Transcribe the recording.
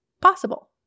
possible